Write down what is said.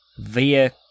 via